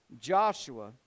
Joshua